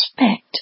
respect